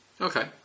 Okay